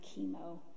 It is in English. chemo